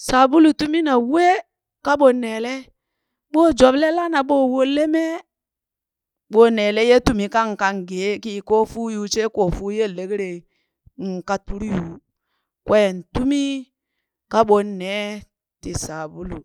Sabulu tumi na wee kaɓon neelee, ɓo joble lana, ɓo wolle mee, ɓo neele ye tumi ka̱ng kang gee ki koofuu yuu she koo fuu yel lekre ŋkaa turi yuu. kwen tumi kaɓon nee ti sabulu.